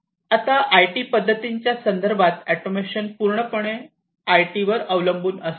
या आयटी पद्धतींच्या संदर्भात ऑटोमेशन पूर्णपणे आयटीवर अवलंबून असते